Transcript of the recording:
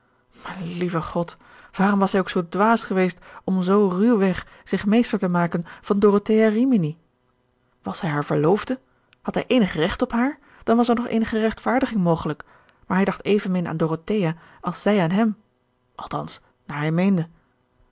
lieve god waarom was hij ook zoo dwaas geweest om zoo ruw weg zich meester te maken van dorothea rimini was hij haar verloofde had hij eenig recht op haar dan was er nog eenige rechtvaardiging mogelijk maar hij dacht evenmin aan dorothea als zij aan hem althans naar hij meende